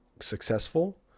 successful